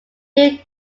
new